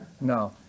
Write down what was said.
No